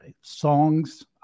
songs